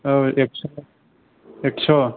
औ एखस' एखस'